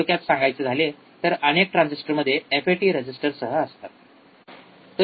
थोडक्यात सांगायचे झाले तर अनेक ट्रान्सिस्टरमध्ये एफइटी रेजिस्टरसह असतात